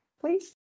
please